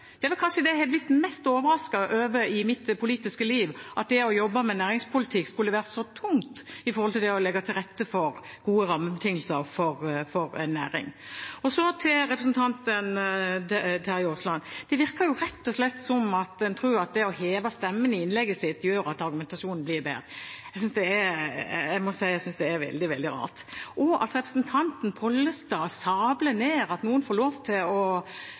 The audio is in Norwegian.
Det er vel kanskje det jeg har blitt mest overrasket over i mitt politiske liv, at det å jobbe med næringspolitikk skulle være så tungt med hensyn til det å legge til rette for gode rammebetingelser for en næring. Så til representanten Terje Aasland: Det virker rett og slett som en tror at det å heve stemmen i innlegget sitt gjør at argumentasjonen blir bedre. Jeg må jeg si jeg synes det er veldig, veldig rart. Representanten Pollestad sabler ned at noen får lov til å